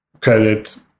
credit